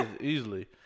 easily